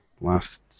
last